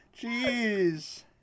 Jeez